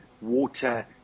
water